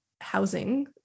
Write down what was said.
housing